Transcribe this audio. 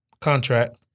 contract